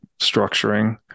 structuring